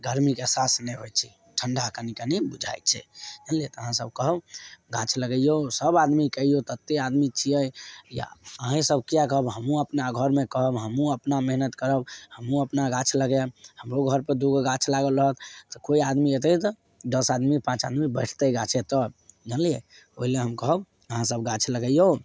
गरमीके एहसास नहि होइत छै ठंडा कनी कनी बुझाए छै एहि लऽ तऽ अहाँ सब कहब गाछ लगैयौ सब आदमी कहियौ ततेक आदमी छियै या अहें सब किआ हमहुँ अपना घरमे कहब हमहुँ अपना मेहनत करब हमहुँ अपना गाछ लगाएब हमरो घर पर दूगो गाछ लागल रहत केओ आदमी एते तऽ दश आदमी पाँच आदमी बैठतै गाछे तर जानलियै ओहि लऽ हम कहब अहाँ सब गाछ लगैयौ